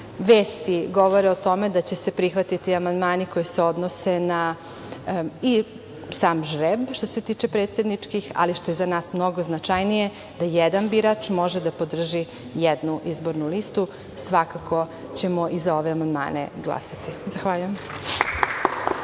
vesti govore o tome da će se prihvatiti amandmani koji se odnose na i sam žreb, što se tiče predsedničkih, ali što je za nas mnogo značajnije da jedan birač može da podrži jednu izbornu listu, svakako ćemo i za ove amandmane glasati. Zahvaljujem.